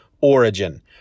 origin